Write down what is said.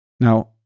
Now